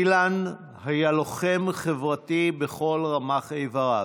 אילן היה לוחם חברתי בכל רמ"ח איבריו.